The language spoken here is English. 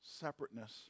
separateness